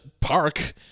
park